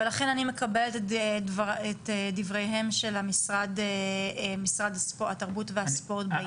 ולכן אני מקבלת את דבריהם של אנשי משרד התרבות והספורט בעניין הזה.